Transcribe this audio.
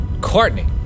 Courtney